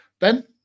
Ben